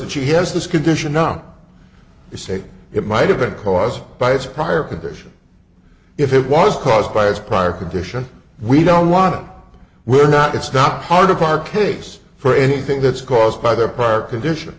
and she has this condition now you say it might have been caused by its prior condition if it was caused by his prior condition we don't want to we're not it's not hard to park a case for anything that's caused by their prior condition